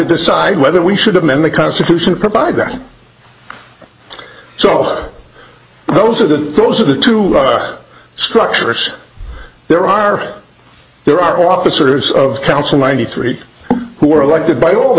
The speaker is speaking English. decide whether we should amend the constitution to provide that so those are the those are the two structures there are there are officers of council ninety three who are elected by all the